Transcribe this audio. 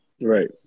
right